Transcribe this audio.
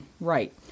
right